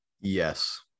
Yes